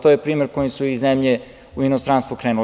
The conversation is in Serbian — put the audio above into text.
To je primer kojim su i zemlje u inostranstvu krenule.